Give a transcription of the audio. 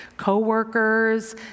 co-workers